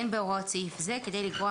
(ג) "אין בהוראות סעיף זה כדי לגרוע